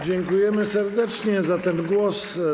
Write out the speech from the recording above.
Dziękujemy serdecznie za ten głos.